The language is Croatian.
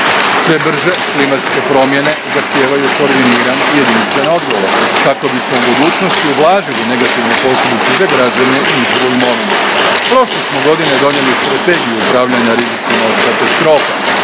sve bržih klimatske promjene zahtijevaju koordinirane i jedinstvene odgovore kako bismo u budućnosti ublažili negativne posljedice za građane i njihovu imovinu. Prošle smo godine donijeli Strategiju upravljanja rizicima od katastrofa.